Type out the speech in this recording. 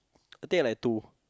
I think I like two